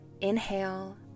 Inhale